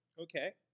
Okay